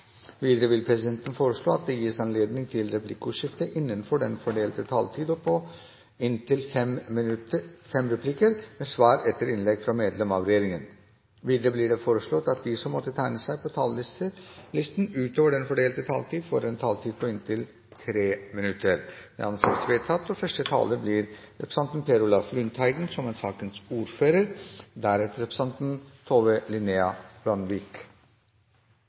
Videre vil presidenten foreslå at det gis anledning til replikkordskifte på inntil fire replikker med svar etter innlegg fra medlem av regjeringen innenfor den fordelte taletid. Videre blir det foreslått at de som måtte tegne seg på talerlisten utover den fordelte taletid, får en taletid på inntil 3 minutter. – Det anses vedtatt. Bankkriser har store kostnader for samfunnet. Det internasjonale tilbakeslaget som etterfulgte den internasjonale finanskrisen i 2008, er et sterkt eksempel på hvor kraftige og